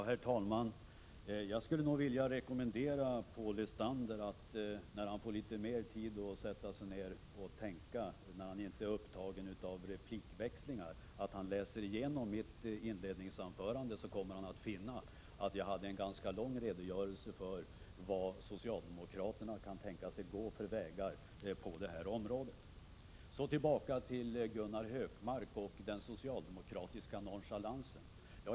Herr talman! Jag skulle vilja rekommendera Paul Lestander att, när han får litet mer tid och inte är upptagen av replikväxlingar, sätta sig ned och läsa igenom mitt inledningsanförande. Han kommer då att finna att jag gjorde en ganska lång redogörelse för vilka vägar socialdemokraterna kan tänka sig att gå på det här området. Så tillbaka till Gunnar Hökmark och den socialdemokratiska nonchalansen.